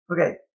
okay